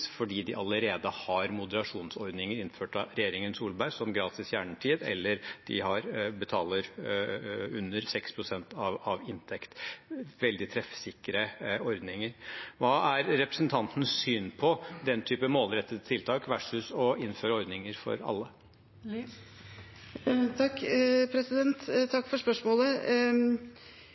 fordi de allerede har moderasjonsordninger innført av regjeringen Solberg, som gratis kjernetid eller at de betaler under 6 pst. av inntekten – veldig treffsikre ordninger. Hva er representantens syn på den typen målrettede tiltak versus å innføre ordninger for alle? Takk for spørsmålet.